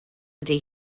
ydy